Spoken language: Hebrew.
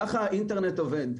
כך האינטרנט עובד.